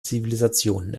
zivilisationen